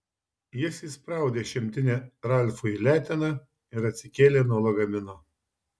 jis įspraudė šimtinę ralfui į leteną ir atsikėlė nuo lagamino